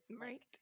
Right